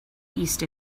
east